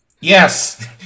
Yes